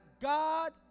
God